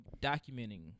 documenting